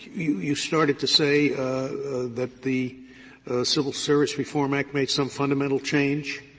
you started to say that the civil service reform act made some fundamental change?